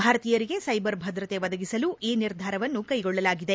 ಭಾರತೀಯರಿಗೆ ಸ್ಟೆಬರ್ ಭದ್ರತೆ ಒದಗಿಸಲು ಈ ನಿರ್ಧಾರವನ್ನು ಕ್ಷೆಗೊಳ್ಳಲಾಗಿದೆ